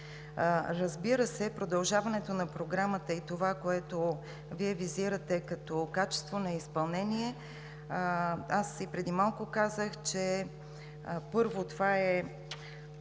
тези средства. Продължаването на Програмата и това, което Вие визирате като качество на изпълнение – аз и преди малко казах, че, първо, това е